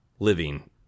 living